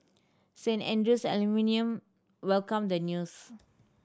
Saint Andrew's alumni welcome the news